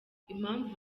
impamvu